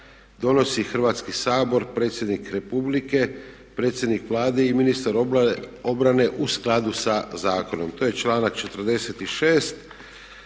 donosi Hrvatski sabor, predsjednik Republike, predsjednik Vlade i ministar obrane u skladu sa zakonom. To je članak 46.